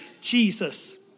Jesus